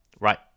Right